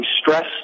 stress